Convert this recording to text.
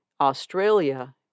Australia